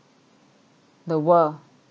the world